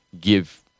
give